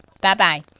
bye-bye